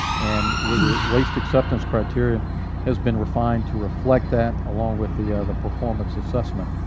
and where the waste acceptance criteria has been refined to reflect that along with the the performance assessment.